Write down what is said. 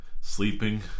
sleeping